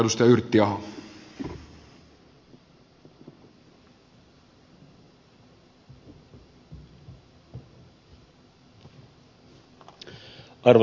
arvoisa herra puhemies